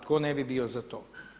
Tko ne bi bio za to.